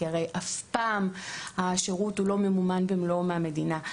כי הרי אף פעם הוא לא ממומן במלואו מהמדינה.